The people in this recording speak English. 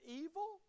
evil